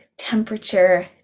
temperature